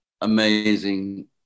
amazing